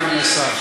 אדוני השר.